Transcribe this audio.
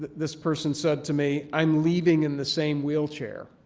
this person said to me i'm leaving in the same wheelchair,